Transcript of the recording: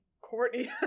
Courtney